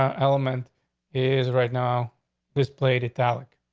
um element is right now this plate is talent,